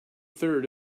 third